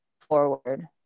forward